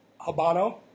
Habano